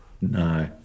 no